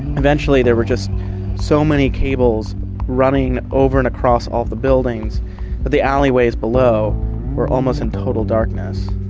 eventually there were just so many cables running over and across all of the buildings but the alleyways below were almost in total darkness.